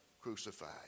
crucified